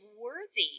worthy